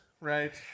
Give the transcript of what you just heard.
right